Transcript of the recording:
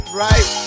right